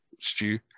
Stew